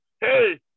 hey